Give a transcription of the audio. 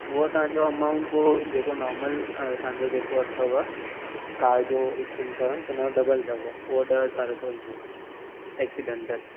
उहा तव्हांजो अमाउंट उहो जेको नॉर्मल तव्हांजो जेको अथव कार जो इंश्योरंस उन जो डबल अथव उहा ॾह हज़ार त ईंदव एक्सीडेंटल